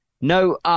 no